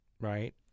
right